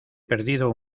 perdido